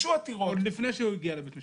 עוד לפני שהוא הגיע לבית משפט.